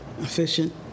efficient